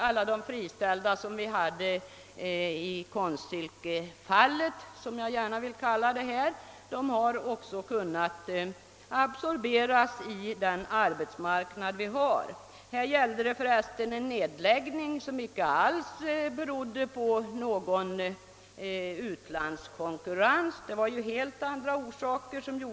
Alla de friställda i konstsilkefallet — jag vill gärna kalla det så — har också kunnat absorberas av vår arbetsmarknad. Här gällde det en nedläggning som inte alls berodde på utlandskonkurrens utan hade helt andra orsaker.